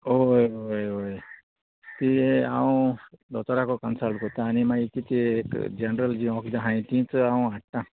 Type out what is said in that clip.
वोय वोय वोय तीं हांव दोतोराको कन्सल्ट कोत्ता आनी मागीर कितें एक जनरल जी वकदां आहाय तीच हांव हाडटां